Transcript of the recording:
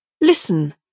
Listen